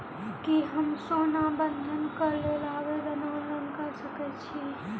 की हम सोना बंधन कऽ लेल आवेदन ऑनलाइन कऽ सकै छी?